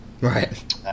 Right